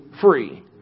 free